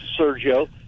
Sergio